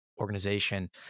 organization